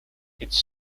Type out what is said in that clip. its